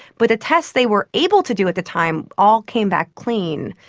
but the tests they were able to do at the time all came back clean.